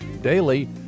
Daily